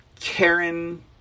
Karen